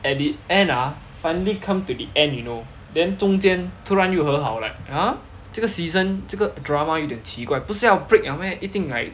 at the end ah finally come to the end you know then 中间突然又和好 like !huh! 这个 season 这个 drama 有点奇怪不是要 break 了 meh 一定 like